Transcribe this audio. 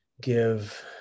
give